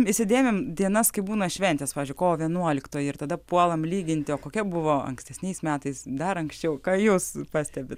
įsidėmim dienas kai būna šventės pavyzdžiui kovo vienuoliktoji ir tada puolam lyginti o kokia buvo ankstesniais metais dar anksčiau ką jūs pastebit